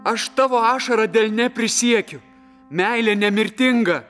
aš tavo ašara delne prisiekiu meilė nemirtinga